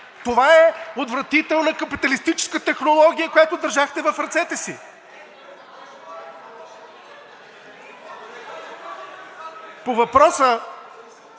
Това е отвратителна капиталистическа технология, която държахте в ръцете си. (Силен